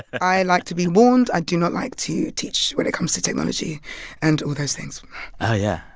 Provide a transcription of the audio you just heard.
i like to be warned. i do not like to teach when it comes to technology and all those things oh, yeah.